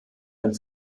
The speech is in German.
ein